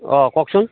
অঁ কওকচোন